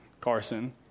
Carson